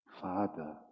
Father